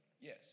Yes